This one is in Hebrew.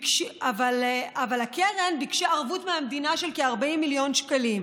אבל הקרן ביקשה ערבות מהמדינה של כ-40 מיליון שקלים,